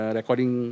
recording